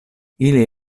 ili